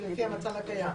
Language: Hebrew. לפי המצב הקיים.